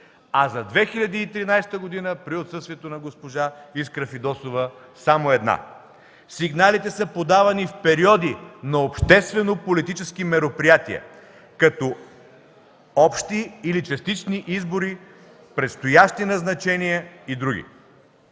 а за 2013 г. при отсъствието на госпожа Искра Фидосова, само една. Сигналите са подавани в периоди на обществено-политически мероприятия, като общи или частични избори, предстоящи назначения и други.